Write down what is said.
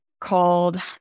called